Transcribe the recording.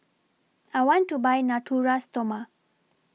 I want to Buy Natura Stoma